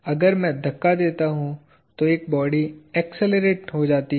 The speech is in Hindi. अगर मैं धक्का देता हूं तो एक बॉडी अक्सेलरेट हो जाती है